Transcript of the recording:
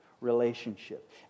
relationship